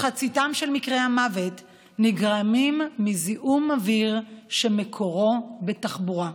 מחצית ממקרי המוות נגרמים מזיהום אוויר שמקורו בתחבורה.